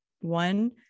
one